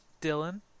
Dylan